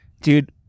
dude